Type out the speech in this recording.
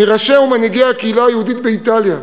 מראשי ומנהיגי הקהילה היהודית באיטליה,